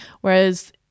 Whereas